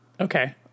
Okay